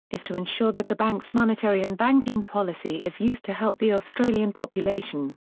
is to ensure that the bank's monetary and banking policy is used to help the australian population.